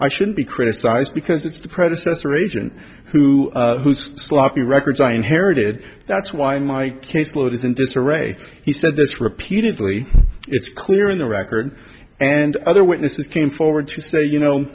i should be criticized because it's the predecessor agent who sloppy records i inherited that's why my caseload is in disarray he said this repeatedly it's clear in the record and other witnesses came forward to say you know